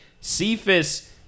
Cephas